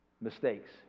mistakes